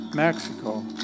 Mexico